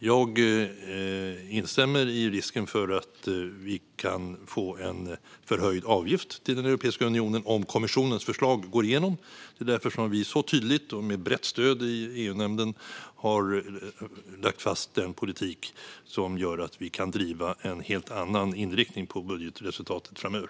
Jag instämmer när det gäller risken för att vi kan få en förhöjd avgift till Europeiska unionen om kommissionens förslag går igenom, och det är därför som vi så tydligt och med brett stöd i EU-nämnden har lagt fast den politik som gör att vi kan driva en helt annan inriktning på budgetresultatet framöver.